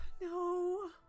No